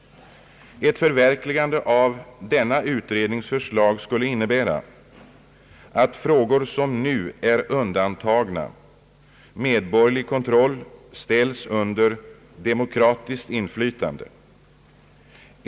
Ett förverkligande av denna utrednings förslag skulle innebära att frågor som nu är undandragna medborgerlig kontroll ställs under demokratiskt inflytande.